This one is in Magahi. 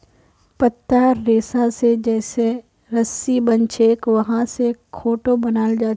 पत्तार रेशा स जे रस्सी बनछेक वहा स खाटो बनाल जाछेक